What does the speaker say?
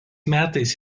metais